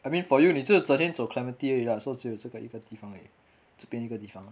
I mean for you 你只有整天走 clementi 而已呀 so 只有这个一个地方而已这边一个地方